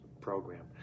program